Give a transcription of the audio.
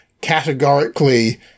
categorically